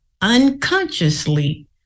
unconsciously